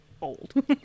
old